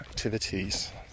activities